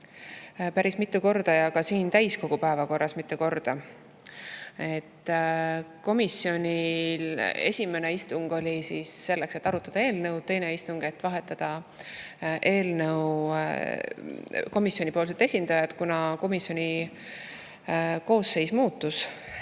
päris mitu korda ja ka siin täiskogu päevakorras mitu korda. Komisjoni esimene istung oli selleks, et arutada eelnõu, teine istung, et vahetada eelnõu komisjonipoolset esindajat, kuna komisjoni koosseis muutus.